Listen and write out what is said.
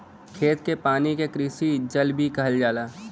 खेत के पानी के कृषि जल भी कहल जाला